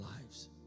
lives